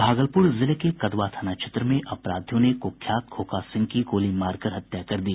भागलपुर जिले के कदवा थाना क्षेत्र में अपराधियों ने क्ख्यात खोखा सिंह की गोली मारकर हत्या कर दी